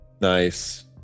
Nice